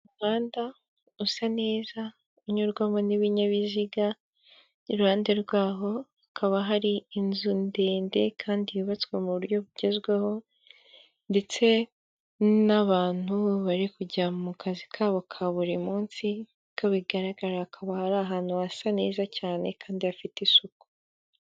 Umuhanda usa neza unyurwamo n'ibinyabiziga, iruhande rwaho hakaba hari inzu ndende kandi yubatswe mu buryo bugezweho ndetse n'abantu bari kujya mu kazi kabo ka buri munsi, uko bigaragara akaba ari ahantu hasa neza cyane kandi hafite isuku.